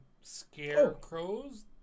scarecrows